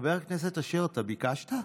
חבר הכנסת אשר, אתה ביקשת?